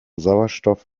sauerstoff